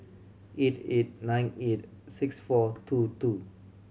eight eight nine eight six four two two